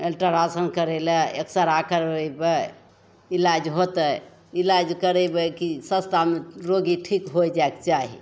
ultrasound करै ले x ray करबेबै इलाज होतै इलाज करेबै कि सस्तामे रोगी ठीक होइ जाइके चाही